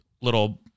little